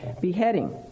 beheading